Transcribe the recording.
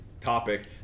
topic